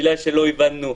מילה שלא הבנו.